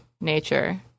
nature